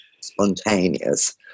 spontaneous